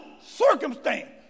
circumstance